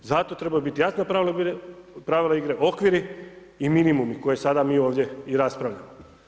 Zato trebaju biti jaka pravila igre, okviri i minimumi koje sada mi ovdje i raspravljamo.